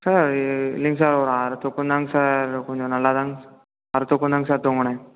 sir இல்லைங்க sir ஒரு அரை தூக்கதாங்க சார் கொஞ்சம் நல்லாதாங்க அரை துாக்கதாங்க சார் தூங்கினேன்